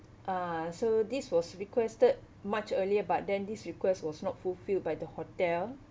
uh so this was requested much earlier but then this request was not fulfilled by the hotel